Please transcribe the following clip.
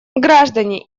граждане